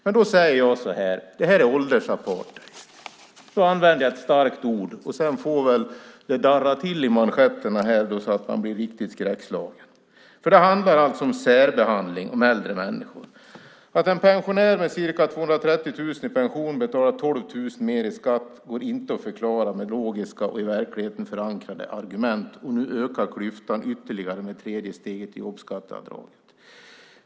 Men jag säger så här: Det här är åldersapartheid! Då använder jag ett starkt ord, och sedan får det väl darra till i manschetterna här så att man blir riktigt skräckslagen. Det handlar alltså om särbehandling av äldre människor. Att en pensionär med ca 230 000 kronor i pension betalar 12 000 kronor mer i skatt går inte att förklara med logiska och i verkligheten förankrade argument. Nu ökar klyftan ytterligare med tredje steget i jobbskatteavdraget.